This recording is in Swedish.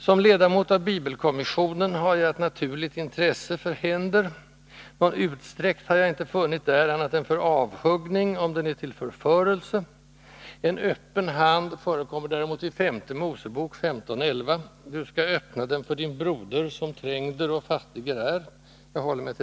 Som ledamot av Bibelkommissionen har jag naturligtvis ett intresse för händer — någon utsträckt har jag inte funnit där annat än för avhuggning, om den är till förförelse; en öppen hand förekommer däremot i Femte Mosebok 15:11: ”Du skall öppna den för Din broder, som trängder och fattiger är.”